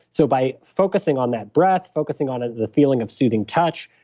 so by focusing on that breath, focusing on ah the feeling of soothing touch,